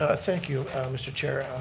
ah thank you mr. chair,